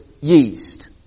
yeast